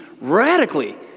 radically